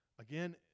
again